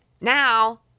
now –